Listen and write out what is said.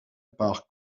par